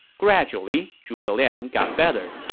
gradually, zhuge liang got better.